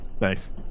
nice